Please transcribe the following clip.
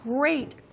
great